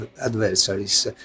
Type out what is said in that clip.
adversaries